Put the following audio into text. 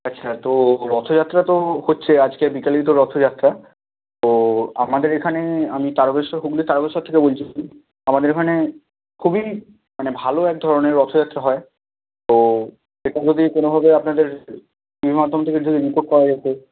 আচ্ছা তো রথযাত্রা তো হচ্ছে আজকে বিকেলেই তো রথযাত্রা তো আমাদের এখানে আমি তারকেশ্বর হুগলি তারকেশ্বর থেকে বলছি আমাদের এখানে খুবই মানে ভালো এক ধরনের রথযাত্রা হয় তো এটা যদি কোনোভাবে আপনাদের টিভির মাধ্যম থেকে যদি রিপোর্ট করা যেতো